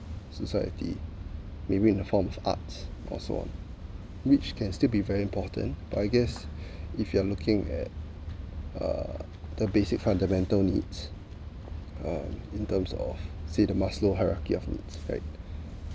society maybe in a form of arts or so on which can still be very important but I guess if you are looking at uh the basic fundamental needs um in terms of say the maslow's hierarchy of needs right